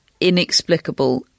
inexplicable